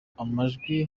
amajwi